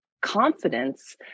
confidence